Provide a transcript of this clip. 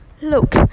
Look